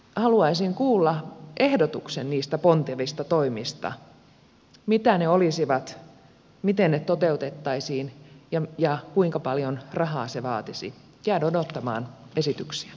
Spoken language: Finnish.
haluaisin kuulla ehdotuksen niistä pontevista toimista mitä ne olisivat miten ne toteutettaisiin ja kuinka paljon rahaa se vaatisi käydä noutamaan esityksiä